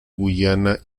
guyana